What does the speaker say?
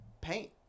paint